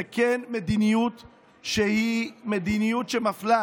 זו כן מדיניות שהיא מפלה.